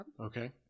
Okay